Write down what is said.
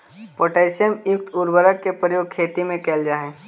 potassium युक्त उर्वरक के प्रयोग खेती में कैल जा हइ